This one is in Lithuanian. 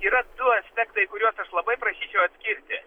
yra du aspektai kuriuos aš labai prašyčiau atskirti